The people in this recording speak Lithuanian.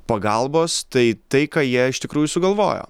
pagalbos tai tai ką jie iš tikrųjų sugalvojo